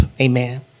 Amen